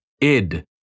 id